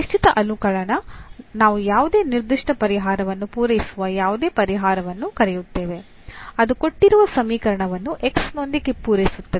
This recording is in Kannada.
ನಿಶ್ಚಿತ ಅನುಕಲನ ನಾವು ಯಾವುದೇ ನಿರ್ದಿಷ್ಟ ಪರಿಹಾರವನ್ನು ಪೂರೈಸುವ ಯಾವುದೇ ಪರಿಹಾರವನ್ನು ಕರೆಯುತ್ತೇವೆ ಅದು ಕೊಟ್ಟಿರುವ ಸಮೀಕರಣವನ್ನು X ನೊಂದಿಗೆ ಪೂರೈಸುತ್ತದೆ